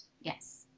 Yes